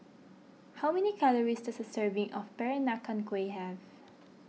how many calories does a serving of Peranakan Kueh have